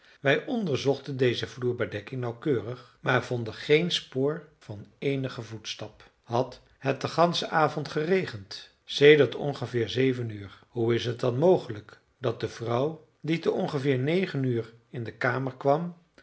wij onderzochten deze vloerbedekking nauwkeurig maar vonden geen spoor van eenigen voetstap had het den ganschen avond geregend sedert ongeveer zeven uur hoe is het dan mogelijk dat de vrouw die te ongeveer negen uur in de kamer kwam